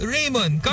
Raymond